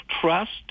trust